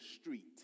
street